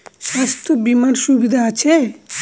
স্বাস্থ্য বিমার সুবিধা আছে?